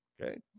Okay